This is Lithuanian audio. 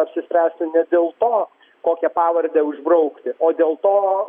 apsispręsti ne dėl to kokią pavardę užbraukti o dėl to